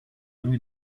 lui